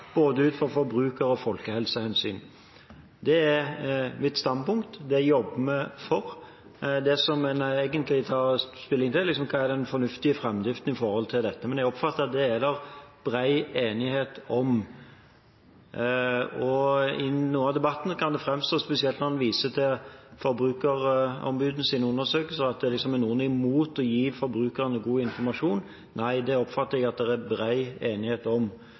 både ut fra forbruker- og folkehelsehensyn.» Det er mitt standpunkt, og det jobber vi for. Det som en egentlig tar stilling til, er hva som skal være den fornuftige framdriften i dette, men det oppfatter jeg at det er bred enighet om. I noe av debatten kan det framstå, spesielt når en viser til Forbrukerombudets undersøkelser, som at noen er imot å gi forbrukerne god informasjon. Nei, det oppfatter jeg at det er bred enighet om.